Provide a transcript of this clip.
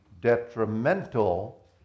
detrimental